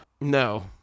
No